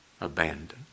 Abandoned